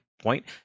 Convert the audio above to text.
point